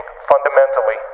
fundamentally